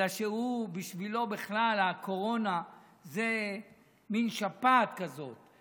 אלא שבשבילו בכלל הקורונה זה מין שפעת כזאת,